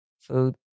food